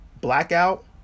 blackout